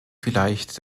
vielleicht